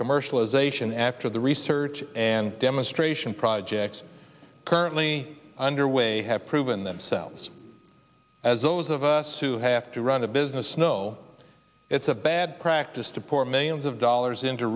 commercialization after the research and demonstration projects currently underway have proven themselves as those of us who have to run the business know it's a bad practice to pour millions of dollars into